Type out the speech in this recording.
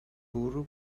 bwrw